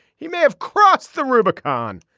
he may have crossed the rubicon.